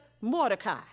Mordecai